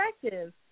perspective